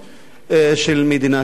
של מדינת ישראל,